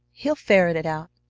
he'll ferret it out.